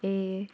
ए